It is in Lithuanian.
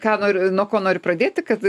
ką noriu nuo ko noriu pradėti kad